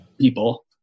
people